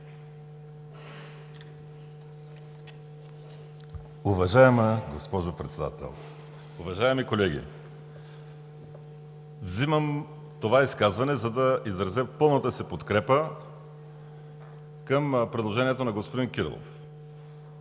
Уважаема госпожо Председател, уважаеми колеги, взимам това изказване, за да изразя пълната си подкрепа към предложението на господин Кирилов.